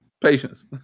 Patience